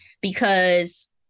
because-